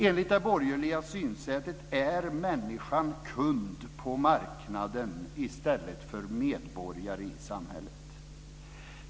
Enligt det borgerliga synsättet är människan kund på marknaden i stället för medborgare i samhället.